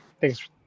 Thanks